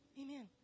Amen